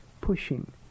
pushing